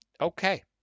Okay